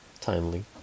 Timely